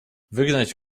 wygnać